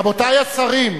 רבותי השרים.